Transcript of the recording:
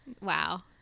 wow